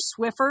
Swiffer